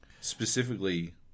specifically